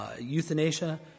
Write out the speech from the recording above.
euthanasia